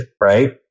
right